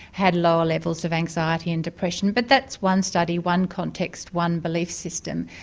had lower levels of anxiety and depression. but that's one study, one context, one belief system,